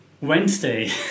Wednesday